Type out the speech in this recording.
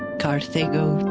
carthago